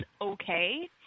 okay